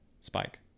spike